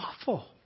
awful